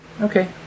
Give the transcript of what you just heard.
Okay